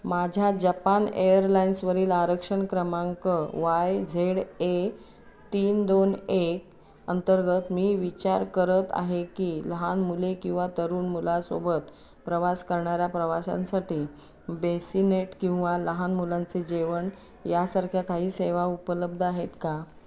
माझ्या जपान एअरलाइन्सवरील आरक्षण क्रमांक वाय झेड ए तीन दोन एकअंतर्गत मी विचार करत आहे की लहान मुले किंवा तरुण मुलासोबत प्रवास करणाऱ्या प्रवाशांसाठी बेसीनेट किंवा लहान मुलांचे जेवण यासारख्या काही सेवा उपलब्ध आहेत का